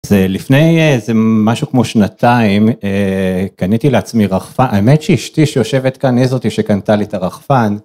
לפני איזה משהו כמו שנתיים קניתי לעצמי רחפן, האמת שאשתי שיושבת כאן היא זאתי שקנתה לי את הרחפן.